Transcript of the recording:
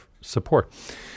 support